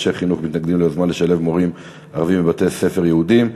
אנשי חינוך מתנגדים ליוזמה לשלב מורים ערבים בבתי-ספר יהודיים,